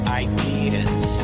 ideas